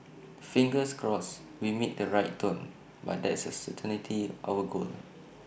fingers crossed we meet the right tone but that's certainly our goal